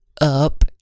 up